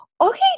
okay